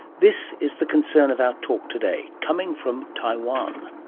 this is the concern of our talk today, coming from taiwan.